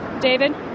david